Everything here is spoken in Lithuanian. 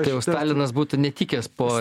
tai jau stalinas būtų netikęs po